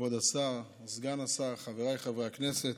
כבוד השר, סגן השר, חבריי חברי הכנסת,